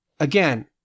Again